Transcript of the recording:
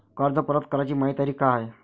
कर्ज परत कराची मायी तारीख का हाय?